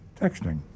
Texting